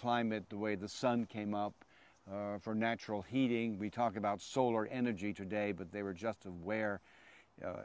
climate the way the sun came up for natural heating we talk about solar energy today but they were just aware